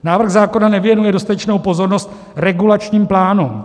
Návrh zákona nevěnuje dostatečnou pozornost regulačním plánům.